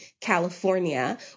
California